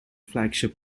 flagship